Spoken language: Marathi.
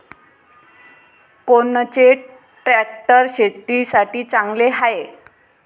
कोनचे ट्रॅक्टर शेतीसाठी चांगले हाये?